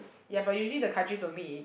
ya but usually the countries will meet